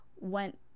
went